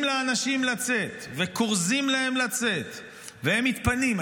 לאנשים לצאת וכורזים להם לצאת והם מתפנים.